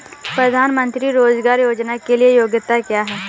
प्रधानमंत्री रोज़गार योजना के लिए योग्यता क्या है?